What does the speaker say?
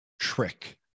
trick